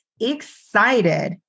excited